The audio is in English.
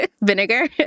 Vinegar